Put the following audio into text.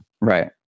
Right